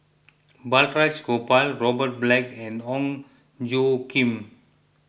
Balraj Gopal Robert Black and Ong Tjoe Kim